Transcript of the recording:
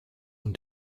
und